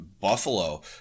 Buffalo